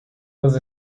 was